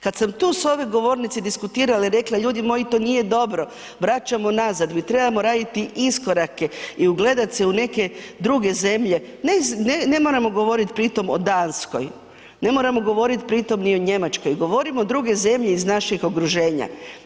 Kada sam tu s ove govornice diskutirala i rekla, ljudi moji to nije dobro vraćamo nazad, mi trebamo raditi iskorake i u gledati se u neke druge zemlje, ne moramo govoriti pri tom o Danskoj, ne moramo govoriti pri tom o Njemačkoj, govorimo o drugim zemljama iz našeg okruženja.